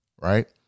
right